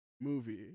movie